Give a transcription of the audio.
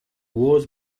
wars